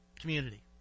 Community